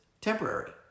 temporary